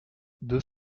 deux